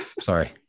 Sorry